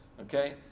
okay